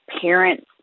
parents